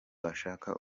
washaka